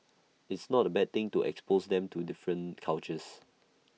it's not A bad thing to expose them to different cultures